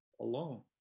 alone